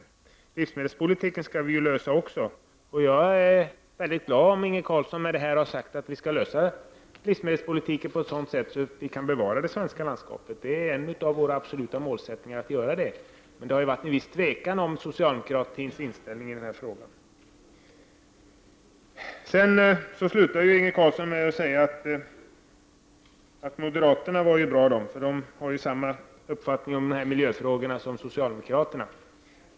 Problemen inom livsmedelspolitiken skall vi också lösa. Jag är väldigt glad om Inge Carlsson med detta ville ha sagt att man skall lösa problemen inom livsmedelspolitiken på ett sådant sätt att vi kan bevara det svenska landskapet. Det är en av centerpartiets absoluta målsättningar att göra detta, men det har funnits en viss tveksamhet om socialdemokraternas inställning i den här frågan. Inge Carlsson säger avslutningsvis att moderaterna är bra eftersom de har samma uppfattning i miljöfrågorna som socialdemokraterna.